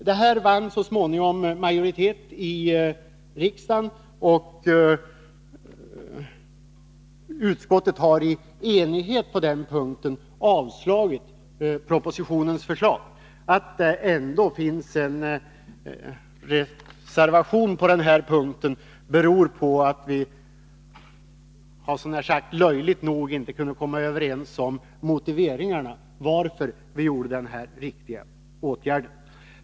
Vår synpunkt vann så småningom majoritet i utskottet, och utskottet har i enighet på den punkten yrkat avslag på propositionens förslag. Att det ändå finns en reservation här beror på att vi löjligt nog inte har kunnat komma överens om motiveringarna till att vi vidtog den här riktiga åtgärden.